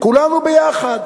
כולנו ביחד.